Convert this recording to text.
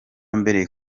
mbere